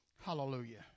hallelujah